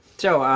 so, ah,